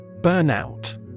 Burnout